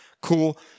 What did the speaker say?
cool